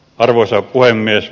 arvoisa puhemies